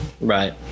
right